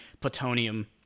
plutonium